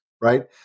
right